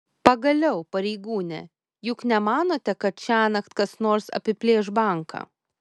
pagaliau pareigūne juk nemanote kad šiąnakt kas nors apiplėš banką